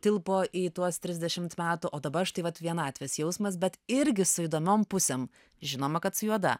tilpo į tuos trisdešimt metų o dabar štai vat vienatvės jausmas bet irgi su įdomiom pusėm žinoma kad su juoda